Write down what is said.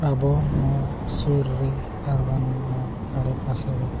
ᱟᱵᱚ ᱱᱚᱣᱟ ᱥᱩᱨ ᱨᱮ ᱟᱨ ᱵᱟᱝᱢᱟ ᱟᱰᱮ ᱯᱟᱥᱮᱨᱮ